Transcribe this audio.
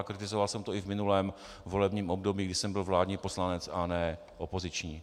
Kritizoval jsem to i v minulém volebním období, kdy jsem byl vládní poslanec a ne opoziční.